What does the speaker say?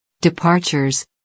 Departures